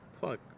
Fuck